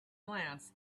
glance